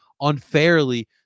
unfairly